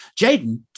jaden